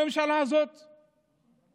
הממשלה הזאת מסוכנת,